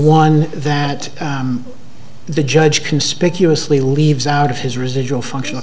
one that the judge conspicuously leaves out of his residual functional